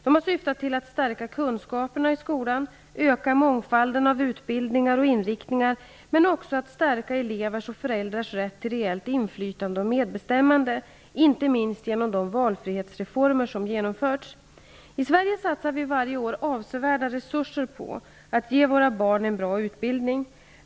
De har syftat till att stärka kunskaperna i skolan, öka mångfalden av utbildningar och inriktningar men också att stärka elevers och föräldrars rätt till reeellt inflytande och medbestämmande, inte minst genom de valfrihetsreformer som genomförts. I Sverige satsar vi varje år avsevärda resurser på att ge våra barn en bra utbildning.